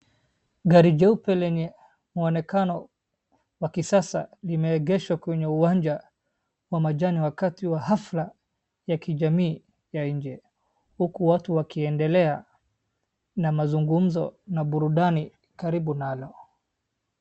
Gari jeupe lenye mwonekano wa kisasa limeegeshwa kwenye uwanja wa majani wakati wa hafla ya kijamii ya nje, huku watu wakiendelea na mazungumzo na burudani karibu nalo.